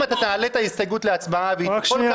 אם אתה תעלה את ההסתייגות להצבעה והיא תיפול,